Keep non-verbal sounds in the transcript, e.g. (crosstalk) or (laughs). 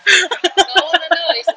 (laughs)